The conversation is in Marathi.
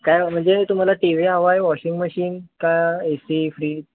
काय म्हणजे तुम्हाला टी वी हवा आहे वॉशिंग मशीन का ए सी फ्रिज